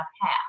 half